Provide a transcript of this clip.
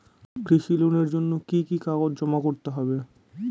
কৃষি লোনের জন্য কি কি কাগজ জমা করতে হবে?